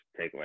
takeaway